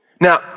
Now